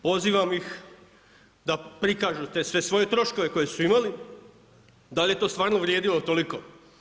Pozivam ih da prikažu te sve svoje troškove koje su imali, dal je to stvarno vrijedilo toliko.